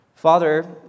Father